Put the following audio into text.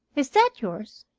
is that yours?